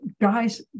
guys